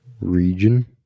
region